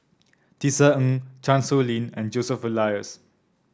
Tisa Ng Chan Sow Lin and Joseph Elias